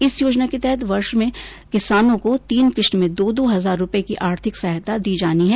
इस योजना के तहत वर्ष में किसानों को तीन किश्त में दो दो हजार रुपये की आर्थिक सहायता दी जानी है